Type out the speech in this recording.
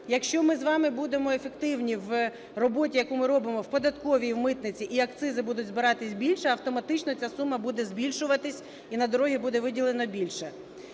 якщо ми з вами будемо ефективні в роботі, яку ми робимо в податковій і в митниці, і акцизи будуть збиратись більше, автоматично ця сума буде збільшуватись, і на дороги буде виділено більше.